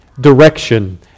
Direction